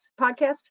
podcast